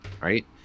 Right